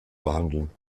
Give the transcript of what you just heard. behandeln